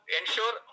ensure